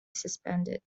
suspended